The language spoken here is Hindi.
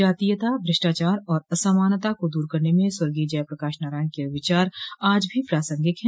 जातीयता भ्रष्टाचार और असमानता को दूर करने में स्वर्गीय जय प्रकाश नारायण के विचार आज भी प्रासंगिक है